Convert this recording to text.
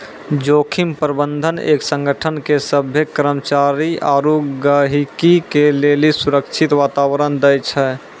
जोखिम प्रबंधन एक संगठन के सभ्भे कर्मचारी आरू गहीगी के लेली सुरक्षित वातावरण दै छै